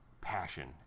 passion